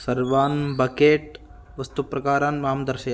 सर्वान् बकेट् वस्तुप्रकारान् मां दर्शय